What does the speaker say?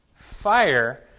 fire